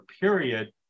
period